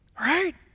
Right